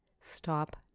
Stop